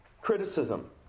Criticism